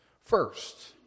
First